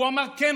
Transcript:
והוא אמר: כן,